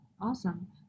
Awesome